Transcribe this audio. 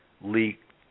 leaked